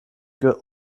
good